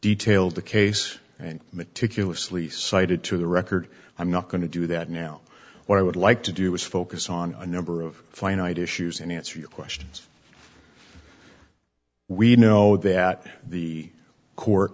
detailed the case and meticulously cited to the record i'm not going to do that now what i would like to do is focus on a number of finite issues and answer your questions we know that the co